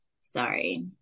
Sorry